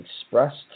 expressed